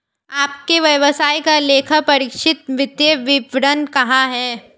आपके व्यवसाय का लेखापरीक्षित वित्तीय विवरण कहाँ है?